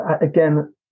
again